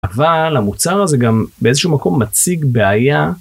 אבל המוצר הזה גם באיזשהו מקום מציג בעיה.